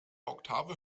oktave